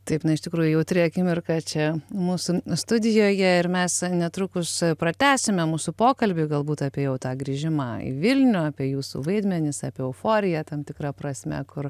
taip na iš tikrųjų jautri akimirka čia mūsų studijoje ir mes netrukus pratęsime mūsų pokalbį galbūt apie jau tą grįžimą į vilnių apie jūsų vaidmenis apie euforiją tam tikra prasme kur